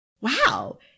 wow